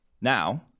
Now